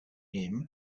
him